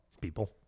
people